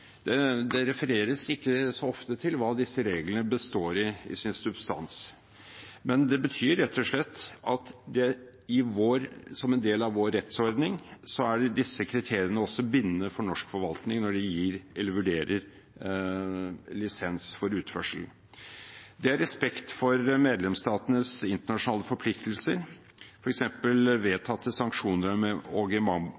hva disse reglene består i, i sin substans, men de betyr rett og slett at som en del av vår rettsordning er disse kriteriene også bindende for norsk forvaltning når man vurderer lisens for utførsel. Det er respekt for medlemsstatenes internasjonale forpliktelser,